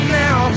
now